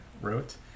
wrote